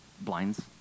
blinds